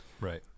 Right